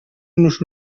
nos